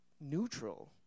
neutral